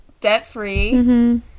debt-free